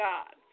God